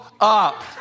up